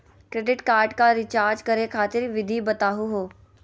Credit card क recharge करै खातिर विधि बताहु हो?